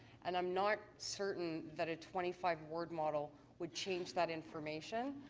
and i'm not certain that a twenty five ward model would change that information.